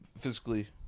physically